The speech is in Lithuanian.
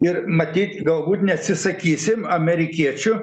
ir matyt galbūt neatsisakysim amerikiečių